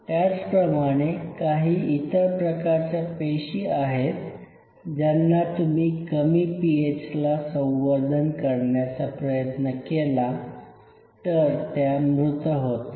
त्याचप्रमाणे काही इतर प्रकारच्या पेशी आहेत ज्यांना तुम्ही कमी पीएच ला संवर्धन करण्याचा प्रयत्न केला तर त्या मृत होतात